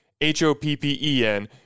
H-O-P-P-E-N